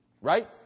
Right